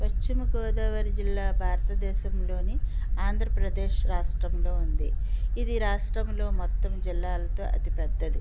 పశ్చిమ గోదావరి జిల్లా భారత దేశంలోని ఆంధ్రప్రదేశ్ రాష్ట్రంలో ఉంది ఇది రాష్ట్రంలో మొత్తం జిల్లాలతో అతి పెద్దది